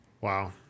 Wow